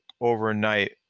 overnight